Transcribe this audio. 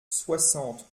soixante